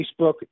Facebook